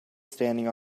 standing